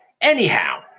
Anyhow